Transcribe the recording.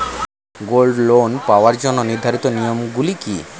Gold loan পাওয়ার জন্য নির্ধারিত নিয়ম গুলি কি?